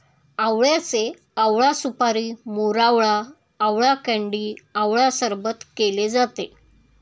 आवळ्याचे आवळा सुपारी, मोरावळा, आवळा कँडी आवळा सरबत केले जाते